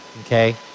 Okay